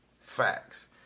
Facts